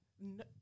no